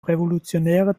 revolutionäre